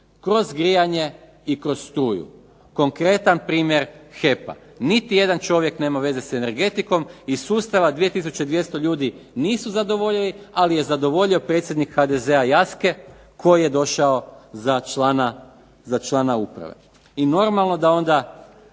kroz grijanje i kroz struju. Konkretan primjer HEP-a. Niti jedan čovjek nema veze sa energetikom. Iz sustava 2200 ljudi nisu zadovoljili, ali je zadovoljio predsjednik HDZ-a Jaske koji je došao za člana uprave. I normalno da onda